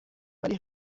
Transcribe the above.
ولی